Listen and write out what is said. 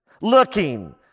Looking